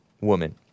woman